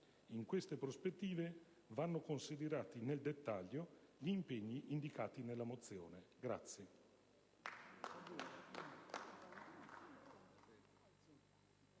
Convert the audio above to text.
In queste prospettive vanno considerati, nel dettaglio, gli impegni indicati nella mozione.